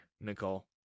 Nicole